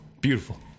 Beautiful